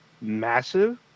massive